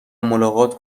ملاقات